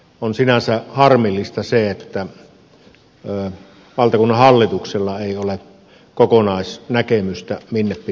on sinänsä harmillista se että valtakunnan hallituksella ei ole kokonaisnäkemystä siitä minne pitäisi mennä